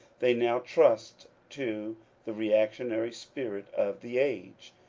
they now trust to the re actionary spirit of the age,